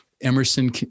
Emerson